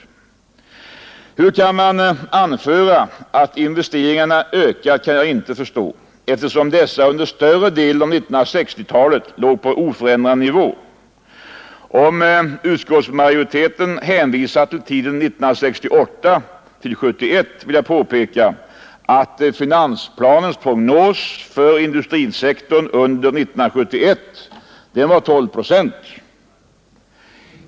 Hur man kan anföra att investeringarna ökat kan jag inte förstå, eftersom dessa under större delen av 1960-talet låg på oförändrad nivå. Om utskottsmajoriteten hänvisar till tiden 1968—1971, vill jag påpeka att finansplanens prognos för industrisektorn under 1971 var 12 procent.